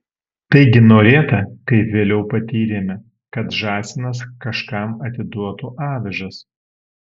taigi norėta kaip vėliau patyrėme kad žąsinas kažkam atiduotų avižas